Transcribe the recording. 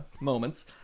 moments